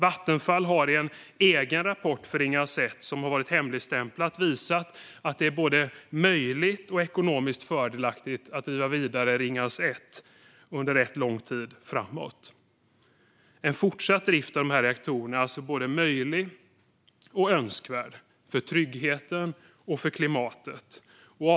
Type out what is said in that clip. Vattenfall har i en egen rapport om Ringhals 1, som har varit hemligstämplad, visat att det är både möjligt och ekonomiskt fördelaktigt att driva Ringhals 1 vidare under rätt lång tid framåt. En fortsatt drift av dessa reaktorer är alltså både möjlig och önskvärd för tryggheten och för klimatet. Fru talman!